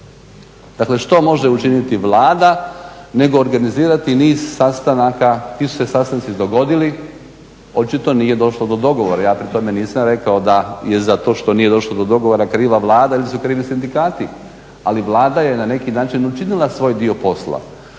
Dakle, što može učiniti Vlada nego organizirati niz sastanaka, ti su se sastanci dogodili, očito nije došlo do dogovora, ja pri tome nisam rekao da je za to što nije došlo do dogovora kriva Vlada ili su krivi sindikati ali Vlada je na neki način učinila svoj dio posla